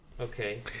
Okay